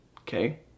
okay